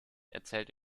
erzählt